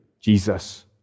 Jesus